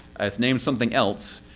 it's named something else,